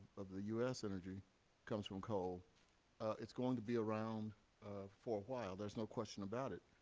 of the u s. energy comes from coal. it is going to be around for a while, there is no question about it.